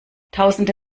tausende